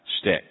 stick